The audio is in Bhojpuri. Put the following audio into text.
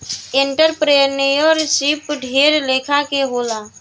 एंटरप्रेन्योरशिप ढेर लेखा के होला